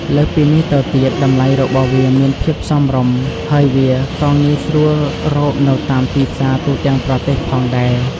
លើសពីនេះទៅទៀត តម្លៃរបស់វាមានភាពសមរម្យ ហើយវាក៏ងាយស្រួលរកនៅតាមទីផ្សារទូទាំងប្រទេសផងដែរ។